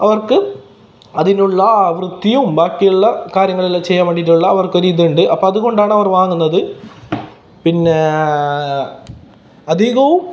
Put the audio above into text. അവർക്ക് അതിനുള്ള വൃത്തിയും ബാക്കിയുള്ള കാര്യങ്ങളെല്ലാം ചെയ്യാൻ വേണ്ടീട്ടുള്ള അവർക്കൊരിതുണ്ട് അപ്പം അതുകൊണ്ടാണ് അവർ വാങ്ങുന്നത് പിന്നെ അധികവും